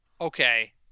okay